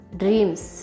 dreams